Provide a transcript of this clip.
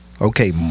okay